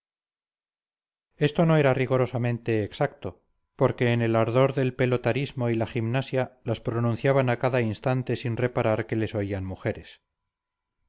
esto no era rigorosamente exacto porque en el ardor del pelotarismo y la gimnasia las pronunciaban a cada instante sin reparar que les oían mujeres